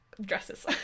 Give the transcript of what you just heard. dresses